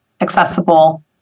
accessible